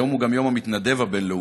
היום הוא גם יום המתנדב הבין-לאומי,